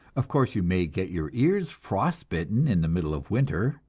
of course, you may get your ears frostbitten in the middle of winter,